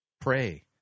Pray